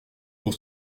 pour